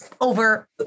over